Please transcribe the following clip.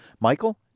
Michael